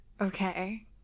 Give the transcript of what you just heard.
Okay